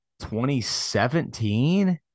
2017